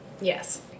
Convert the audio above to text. Yes